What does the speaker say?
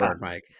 Mike